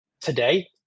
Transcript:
Today